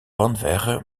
vanwege